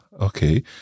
okay